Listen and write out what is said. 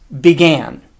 began